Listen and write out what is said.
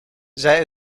zij